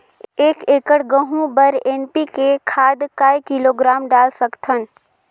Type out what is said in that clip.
एक एकड़ गहूं बर एन.पी.के खाद काय किलोग्राम डाल सकथन?